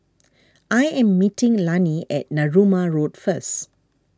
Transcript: I am meeting Lannie at Narooma Road first